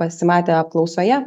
pasimatė apklausoje